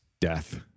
death